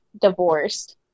divorced